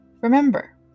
Remember